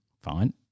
Fine